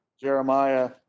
Jeremiah